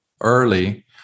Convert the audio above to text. early